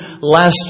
last